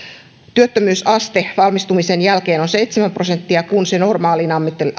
työttömyysaste valmistumisen jälkeen on seitsemän prosenttia kun se normaalin